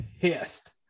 pissed